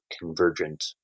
convergent